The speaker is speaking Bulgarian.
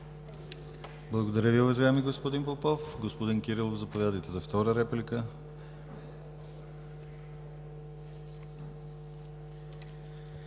Благодаря Ви, уважаеми господин Попов. Господин Кирилов, заповядайте за втора реплика.